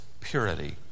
purity